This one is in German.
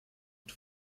mit